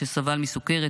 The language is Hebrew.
שסבל מסוכרת,